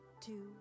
two